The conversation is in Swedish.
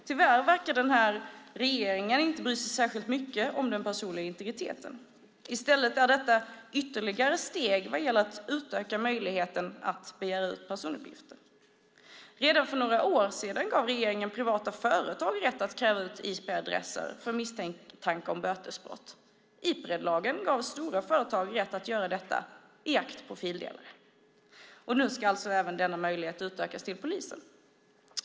Tyvärr verkar den här regeringen inte bry sig särskilt mycket om den personliga integriteten. I stället är detta ytterligare ett steg vad gäller att utöka möjligheten att begära ut personuppgifter. Redan för några år sedan gav regeringen privata företag rätt att kräva ut IP-adresser vid misstanke om bötesbrott. Ipredlagen gav stora företag rätt att göra detta i jakt på fildelare. Nu ska alltså även denna möjlighet utökas till polisen.